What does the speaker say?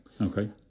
Okay